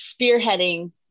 spearheading